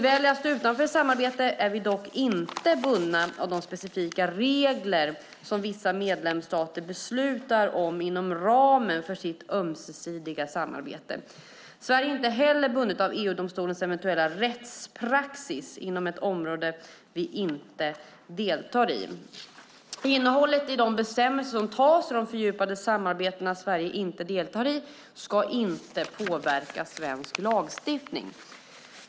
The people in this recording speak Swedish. Väljer vi att stå utanför ett samarbete är vi dock inte bundna av de specifika regler som vissa medlemsstater beslutar om inom ramen för sitt ömsesidiga samarbete. Sverige är inte heller bundet av EU-domstolens eventuella rättspraxis inom ett område vi inte deltar i. Innehållet i de bestämmelser som antas i de fördjupade samarbeten Sverige inte deltar i ska inte påverka svensk lagstiftning.